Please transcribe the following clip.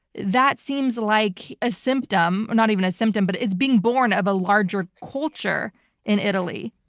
that seems like a symptom or not even a symptom, but it's being born of a larger culture in italy.